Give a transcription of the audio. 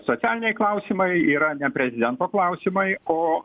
socialiniai klausimai yra ne prezidento klausimai o